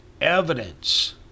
evidence